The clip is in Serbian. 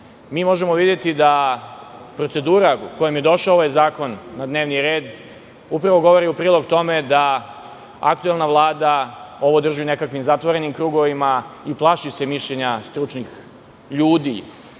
Mi možemo videti da procedura u kojoj je došao ovaj zakon na dnevni red upravo govori u prilog tome da aktuelna Vlada ovo drži u nekakvim zatvorenim krugovima i plaši se mišljenja stručnih ljudi. Znamo